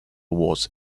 awards